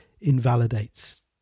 invalidates